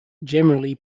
generally